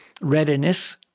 readiness